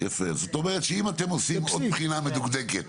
זאת אומרת שאם אתם עושים עוד בחינה מדוקדקת